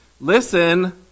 listen